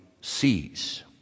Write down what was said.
sees